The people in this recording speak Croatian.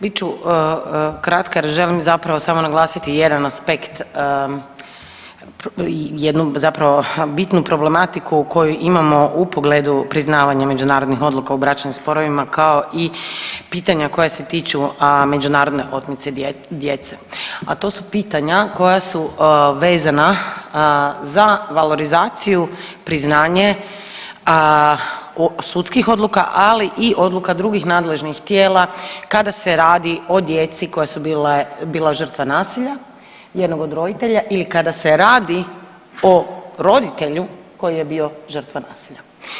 Bit ću kratka jer želim zapravo samo naglasiti jedan aspekt, jednu zapravo bitnu problematiku koju imamo u pogledu priznavanja međunarodnih odluka u bračnim sporovima kao i pitanja koja se tiču međunarodne otmice djece, a to su pitanja koja su vezana za valorizaciju, priznanje sudskih odluka, ali i odluka drugih nadležnih tijela kada se radi o djeci koja su bila žrtva nasilja jednog od roditelja ili kada se radi o roditelju koji je bio žrtva nasilja.